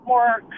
more